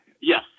Yes